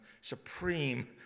supreme